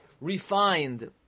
refined